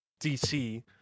DC